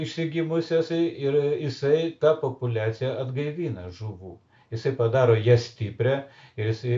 išsigimusias ir jisai tą populiaciją atgaivina žuvų jisai padaro ją stiprią ir jisai